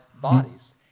bodies